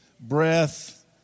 breath